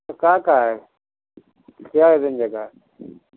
تو کا کا ہے کیا رینج کا